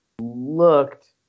looked